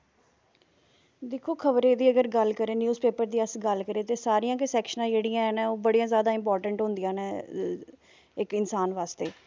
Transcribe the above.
दिक्खो खबरें दी अगर गल्ल करें न्यूज़ पेपर दी अगर अस गल्ल करें ते सारियां गै सैेकशनां जेह्ड़ियां नै ओह् सारियां गै बड़ियां इंपार्टैंट होंदियां नै इक इंसान बास्ते